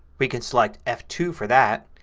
we can select f two for that.